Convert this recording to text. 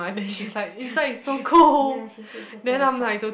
ya she said it's so cold sharks